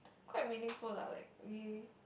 quite meaningful lah like we